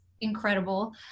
incredible